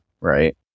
right